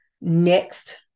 Next